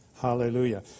Hallelujah